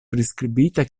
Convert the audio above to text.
priskribita